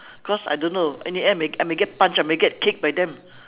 cause I don't know in the end may I may get punched I may get kicked by them